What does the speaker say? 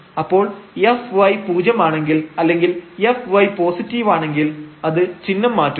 അപ്പോൾ ഈ fy പൂജ്യമാണെങ്കിൽ അല്ലെങ്കിൽ fy പോസിറ്റീവാണെങ്കിൽ അത് ചിഹ്നം മാറ്റുന്നു